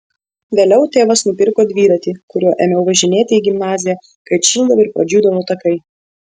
vėliau tėvas nupirko dviratį kuriuo ėmiau važinėti į gimnaziją kai atšildavo ir pradžiūdavo takai